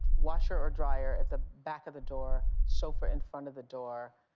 washer or dryer at the back of the door, sofa in front of the door.